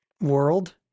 world